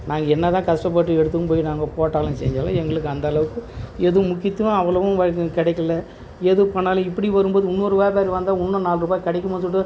நாங்கள் என்ன தான் கஷ்டப்பட்டு எடுத்தும் போய் நாங்கள் போட்டாலும் செஞ்சாலும் எங்களுக்கு அந்தளவுக்கு எதுவும் முக்கியத்துவம் அவ்வளோவும் கிடைக்கில எது பண்ணாலும் இப்படி வரும் போது இன்னோரு வியாபாரி வந்தால் இன்னும் நாலு ரூபாய் கிடைக்குமோ சொல்லிட்டு